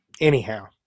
anyhow